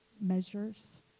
measures